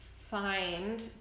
find